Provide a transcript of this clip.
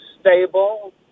stable